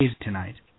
tonight